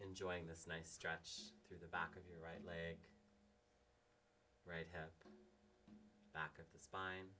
enjoying this nice stretch through the back of your right leg right hand back up the spine